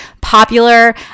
popular